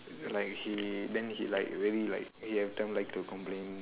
like he then he like really like every time like to complain